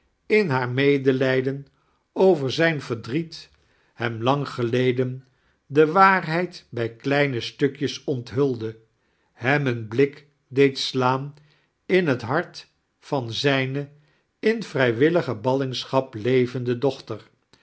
in haar rnedelijden over zijn verdriet hem lang geleden die waarheid bij kieine stukjes oruthuldie hem een blik deed slaan in het hart van zijne in vrijwillige ballingschap levende dochter